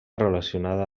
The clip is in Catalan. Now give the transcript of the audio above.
relacionada